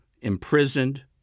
imprisoned